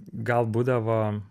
gal būdavo